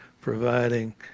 providing